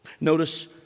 Notice